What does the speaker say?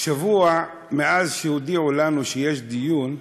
שבוע מאז שהודיעו לנו שיש דיון,